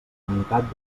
unitat